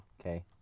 okay